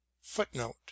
footnote